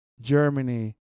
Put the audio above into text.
Germany